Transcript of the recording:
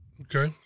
Okay